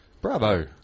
bravo